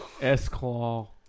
S-Claw